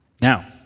Now